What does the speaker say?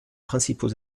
principaux